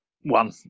One